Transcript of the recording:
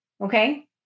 Okay